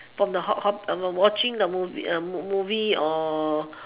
from the watching the the movie or